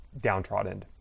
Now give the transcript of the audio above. downtrodden